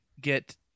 get